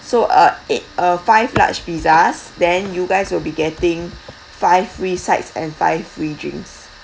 so uh eight uh five large pizzas then you guys will be getting five free sides and five free drinks